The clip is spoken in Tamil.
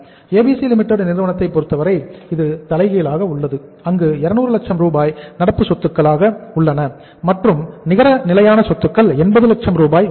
ABC Limited நிறுவனத்தைப் பொறுத்தவரை இது தலைகீழாக உள்ளது அங்கு 200 லட்சம் ரூபாய் நடப்பு சொத்துக்களாக உள்ளன மற்றும் நிகர நிலையான சொத்துக்கள் 80 லட்சம் ரூபாய் உள்ளன